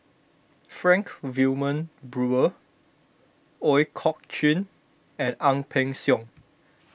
Frank Wilmin Brewer Ooi Kok Chuen and Ang Peng Siong